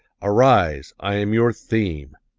arise, i am your theme!